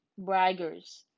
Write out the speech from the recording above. braggers